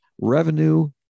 revenue